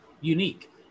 unique